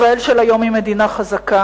ישראל של היום היא מדינה חזקה,